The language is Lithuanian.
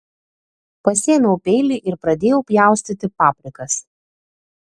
pasiėmiau peilį ir padėjau pjaustyti paprikas